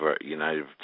United